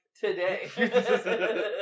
today